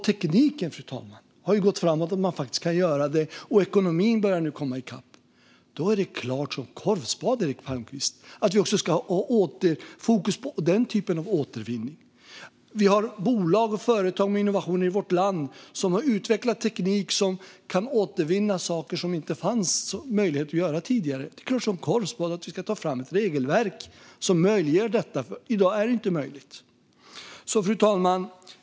Tekniken, fru talman, har gått framåt så att man faktiskt kan göra det, och även ekonomin börjar komma i kapp. Då är det klart som korvspad, Eric Palmqvist, att vi också ska ha fokus på den typen av återvinning. Vi har i vårt land företag med innovationer och som har utvecklat teknik som kan återvinna saker som det inte fanns möjlighet att återvinna tidigare. Det är klart som korvspad att vi ska ta fram ett regelverk som möjliggör detta, för i dag är det inte möjligt. Fru talman!